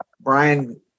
Brian